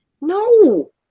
No